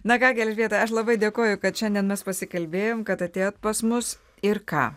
na ką gi elžbieta aš labai dėkoju kad šiandien mes pasikalbėjom kad atėjot pas mus ir ką